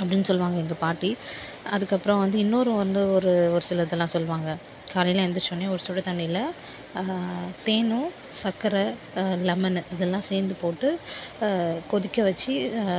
அப்படின்னு சொல்லுவாங்க எங்கள் பாட்டி அதற்கப்புறம் வந்து இன்னொரு வந்து ஒரு ஒரு சில இதெலாம் சொல்லுவாங்க காலையில எந்திரிச்சோனே ஒரு சுடு தண்ணியில தேனும் சக்கரை லெமனு இதெல்லாம் சேர்ந்து போட்டு கொதிக்க வச்சு